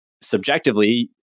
subjectively